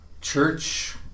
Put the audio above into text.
church